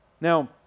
Now